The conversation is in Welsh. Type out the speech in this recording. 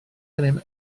gennym